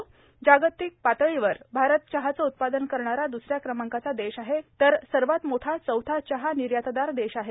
भारत जागतिक पातळीवर चहाचे उत्पादन करणारा द्रसऱ्या क्रमांकाचा देश आहे तसेच सर्वात मोठा चौथा चहा निर्यातदार देश आहे